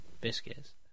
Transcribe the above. biscuits